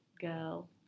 girl